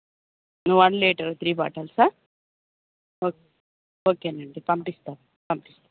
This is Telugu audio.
వన్ లీటర్ త్రీ బాటల్సా ఓకే ఓకే నండి పంపిస్తాం పంపిస్తా